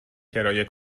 کرایه